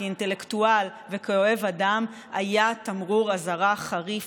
כאינטלקטואל וכאוהב אדם היה תמרור אזהרה חריף